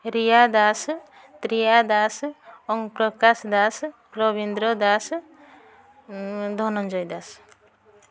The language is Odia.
ରିୟା ଦାସ ପ୍ରିୟା ଦାସ ଓମ୍ ପ୍ରକାଶ ଦାସ ରବିନ୍ଦ୍ର ଦାସ ଧନଞ୍ଜୟ ଦାସ